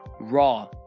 raw